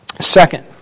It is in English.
Second